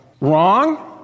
wrong